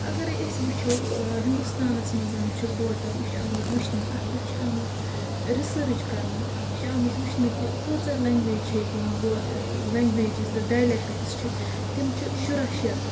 اَگَرے أسۍ وٕچھو ہِندُستانَس منٛز چھُ ٹوٹَل یہِ چھُ آمُت وٕچھنہٕ اَتھ پٮ۪ٹھ چھُ آمُت رِسٲرٕچ کَرنہٕ یہِ چھُ آمُت وٕچھنہٕ کہِ کۭژاہ لینٛگویج چھِ ییٚتہِ یِوان لینٛگویجِز تہٕ ڈایلیٚکٹِکٕس چھِ تِم چھِ شُراہ شَتھ